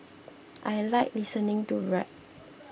i like listening to rap